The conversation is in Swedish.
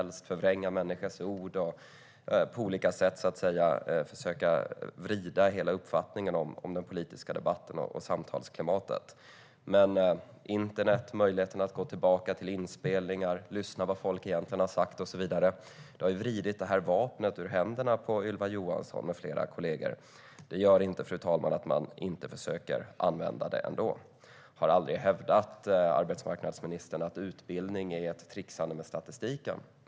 De tror sig kunna förvränga en människas ord och på olika sätt försöka vrida hela uppfattningen om den politiska debatten och samtalsklimatet. Men internet, möjligheten att gå tillbaka till inspelningar och höra vad folk egentligen har sagt och så vidare har vridit det vapnet ur händerna på Ylva Johansson med flera kollegor. Det gör inte, fru talman, att man inte försöker använda det ändå. Jag har aldrig hävdat, arbetsmarknadsministern, att utbildning är ett trixande med statistiken.